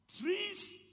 Trees